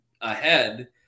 ahead